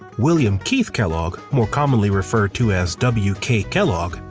william keith kellogg, more commonly referred to as w k. kellogg,